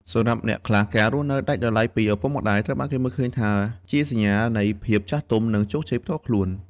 សម្រាប់អ្នកខ្លះ ការរស់នៅដាច់ដោយឡែកពីឪពុកម្តាយ ត្រូវបានគេមើលឃើញថាជាសញ្ញានៃភាពចាស់ទុំ និងជោគជ័យផ្ទាល់ខ្លួន។